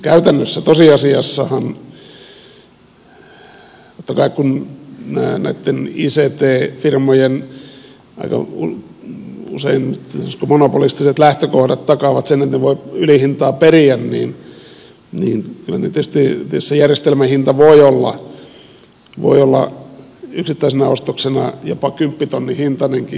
käytännössä tosiasiassahan totta kai kun näitten ict firmojen usein sanoisiko aika monopolistiset lähtökohdat takaavat sen että ne voivat ylihintaa periä niin kyllä tietysti sen järjestelmän hinta voi olla yksittäisenä ostoksena jopa kymppitonnin hintainenkin